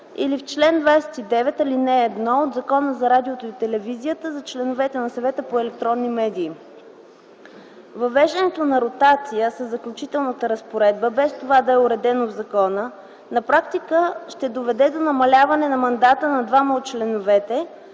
или в чл. 29, ал. 1 от Закона за радиото и телевизията за членовете на Съвета за електронни медии. Въвеждането на ротация със заключителна разпоредба, без това да е уредено в закона, на практика ще доведе до намаляване на мандата на двама от членовете